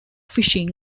fishing